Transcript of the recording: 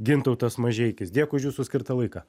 gintautas mažeikis dėkui už jūsų skirtą laiką